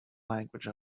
language